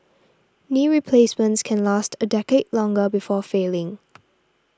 knee replacements can last a decade longer before failing